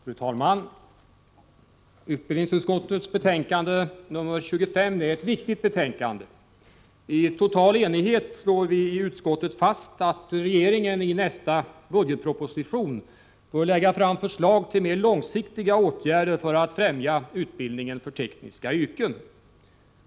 Fru talman! Utbildningsutskottets betänkande nr 25 är ett viktigt betänkande. I total enighet slår vi i utskottet fast att regeringen i nästa budgetproposition bör lägga fram förslag till mer långsiktiga åtgärder för att främja utbildningen för tekniska yrken.